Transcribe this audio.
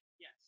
Yes